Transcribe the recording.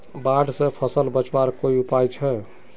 बाढ़ से फसल बचवार कोई उपाय छे?